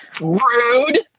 Rude